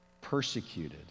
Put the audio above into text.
persecuted